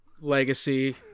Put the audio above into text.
legacy